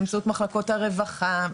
באמצעות מחלקות הרווחה,